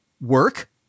work